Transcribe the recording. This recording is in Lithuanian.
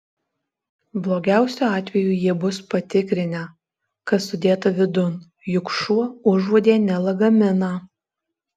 blogiausiu atveju jie bus patikrinę kas sudėta vidun juk šuo užuodė ne lagaminą